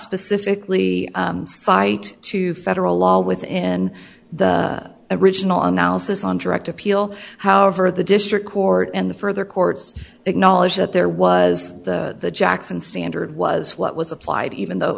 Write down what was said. specifically fight to federal law with in the original analysis on direct appeal however the district court and the further courts acknowledge that there was the jackson standard was what was applied even though it